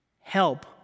Help